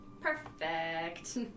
Perfect